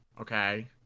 Okay